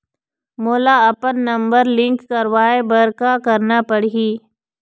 मोला अपन number link करवाये बर का करना पड़ही?